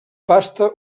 pasta